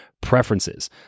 preferences